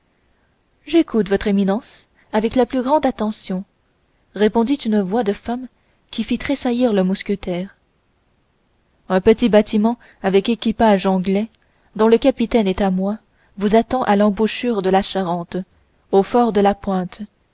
j'écoute votre éminence avec la plus grande attention répondit une voix de femme qui fit tressaillir le mousquetaire un petit bâtiment avec équipage anglais dont le capitaine est à moi vous attend à l'embouchure de la charente au fort de la pointe